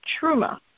truma